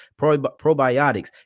probiotics